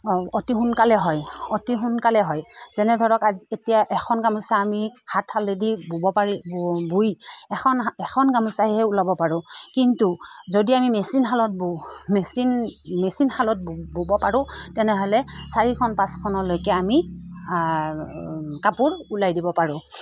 অতি সোনকালে হয় অতি সোনকালে হয় যেনে ধৰক আজি এতিয়া এখন গামোচা আমি হাতশালে দি বব পাৰি বৈ এখন এখন গামোচাহে ওলাব পাৰোঁ কিন্তু যদি আমি মেচিনশালত বওঁ মেচিন মেচিনশালত বব পাৰোঁ তেনেহ'লে চাৰিখন পাঁচখনলৈকে আমি কাপোৰ উলিয়াই দিব পাৰোঁ